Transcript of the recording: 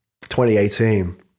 2018